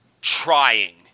trying